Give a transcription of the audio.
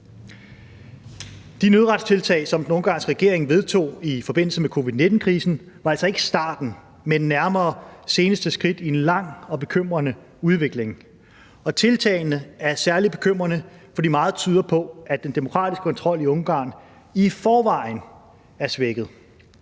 De nødretstiltag, som den ungarske regering vedtog i forbindelse med covid-19-krisen, var altså ikke starten, men nærmere seneste skridt i en lang og bekymrende udvikling, og tiltagene er særlig bekymrende, fordi meget tyder på, at den demokratiske kontrol i Ungarn i forvejen er svækket.